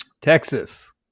Texas